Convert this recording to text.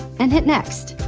and hit next.